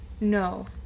No